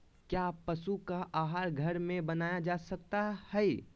क्या पशु का आहार घर में बनाया जा सकय हैय?